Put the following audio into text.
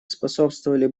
способствовали